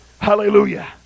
Hallelujah